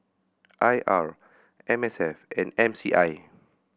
I R M S F and M C I